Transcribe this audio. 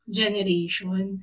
generation